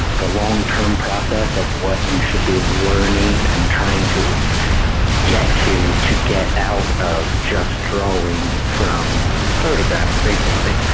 the long-term process of what you should be learning and trying to get to to get out of just drawing from photographs basically.